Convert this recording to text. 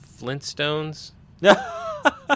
Flintstones